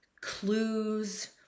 clues